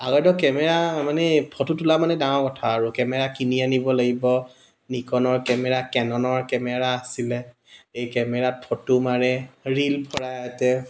আগৰ দিনত কেমেৰা মানে ফটো তোলা মানে ডাঙৰ কথা আৰু কেমেৰা কিনি আনিব লাগিব নিকনৰ কেমেৰা কেননৰ কেমেৰা আছিলে এই কেমেৰাত ফটো মাৰে ৰীল ভৰাই আগতে